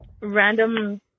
random